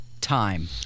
time